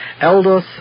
elders